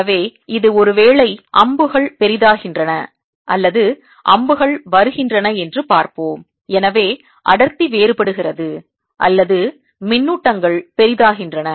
எனவே இது ஒருவேளை அம்புகள் பெரிதாகின்றன அல்லது அம்புகள் வருகின்றன என்று பார்ப்போம் எனவே அடர்த்தி வேறுபடுகிறது அல்லது மின்னூட்டங்கள் பெரிதாகின்றன